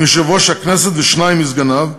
יושב-ראש הכנסת ושניים מסגניו,